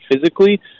physically